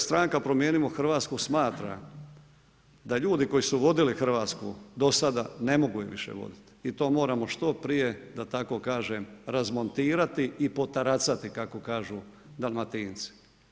Stranka Promijenimo Hrvatsku smatra da ljudi koji su vodili Hrvatsku, do sada ne mogu ju više voditi i to moramo što prije, da tako kažem, razmontirati i potaracati, kako kažu Dalmatinci.